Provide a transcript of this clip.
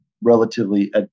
relatively